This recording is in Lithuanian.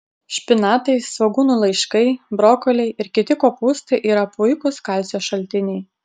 špinatai svogūnų laiškai brokoliai ir kiti kopūstai yra puikūs kalcio šaltiniai